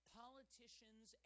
politicians